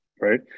right